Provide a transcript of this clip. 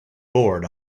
bored